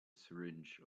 syringe